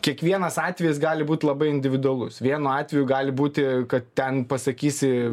kiekvienas atvejis gali būt labai individualus vienu atveju gali būti kad ten pasakysi